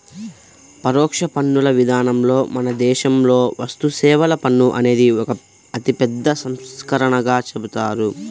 పరోక్ష పన్నుల విధానంలో మన దేశంలో వస్తుసేవల పన్ను అనేది ఒక అతిపెద్ద సంస్కరణగా చెబుతారు